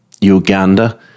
uganda